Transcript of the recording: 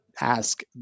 ask